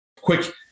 quick